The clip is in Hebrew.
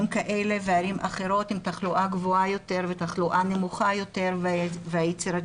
כאלה וערים אחרות עם תחלואה גבוהה יותר ותחלואה נמוכה יותר והיצירתיות,